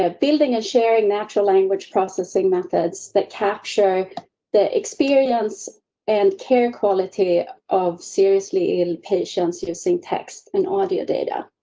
ah building a sharing natural language processing methods that capture the experience and care quality of seriously ill patients using text and audio data.